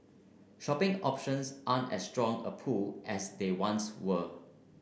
shopping options aren't as strong a pull as they once were